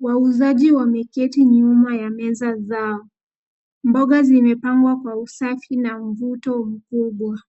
Wauzaji wameketi ndani ya meza zao. Mboga zimepangwa kwa usafi na mvuto mkubwa.